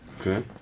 Okay